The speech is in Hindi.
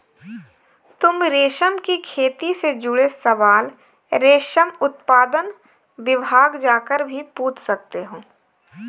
तुम रेशम की खेती से जुड़े सवाल रेशम उत्पादन विभाग जाकर भी पूछ सकते हो